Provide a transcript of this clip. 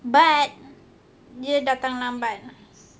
but dia datang lambat